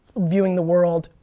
viewing the world,